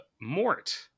Mort